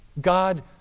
God